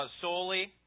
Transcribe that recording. Solely